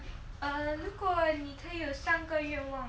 如果你可以有三个愿望